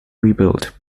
rebuilt